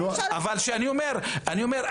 אבל אני אומר,